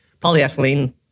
Polyethylene